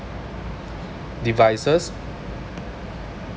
devices